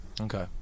Okay